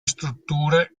strutture